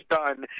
done